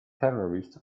terrorists